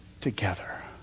together